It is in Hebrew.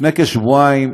לפני כשבועיים,